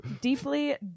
deeply